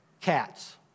Cats